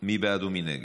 מי בעד ומי נגד?